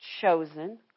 Chosen